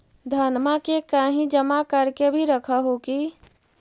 धनमा के कहिं जमा कर के भी रख हू की?